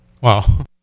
Wow